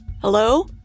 Hello